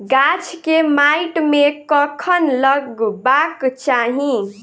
गाछ केँ माइट मे कखन लगबाक चाहि?